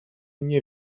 nie